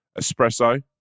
espresso